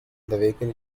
vehicle